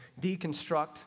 deconstruct